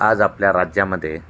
आज आपल्या राज्यामध्ये